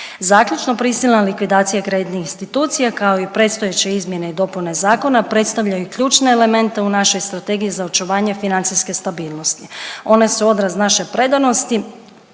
Zaključno prisilna likvidacija kreditnih institucija kao i predstojeće izmjene i dopune zakona, predstavljaju ključne elemente u našoj strategiji za očuvanje financijske stabilnosti. One su odraz naše predanosti,